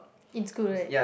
in school right